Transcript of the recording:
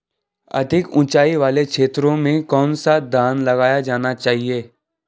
अधिक उँचाई वाले क्षेत्रों में कौन सा धान लगाया जाना चाहिए?